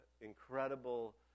incredible